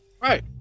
right